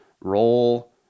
roll